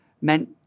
meant